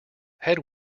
head